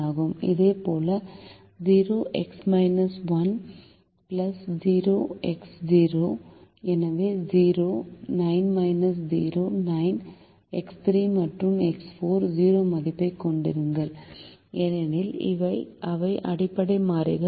இதேபோல் 0x 1 0x0 எனவே 0 9 0 9 X3 மற்றும் X4 0 மதிப்பைக் கொண்டிருங்கள் ஏனெனில் அவை அடிப்படை மாறிகள்